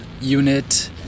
unit